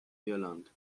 irland